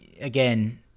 again